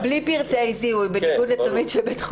בין-לאומית.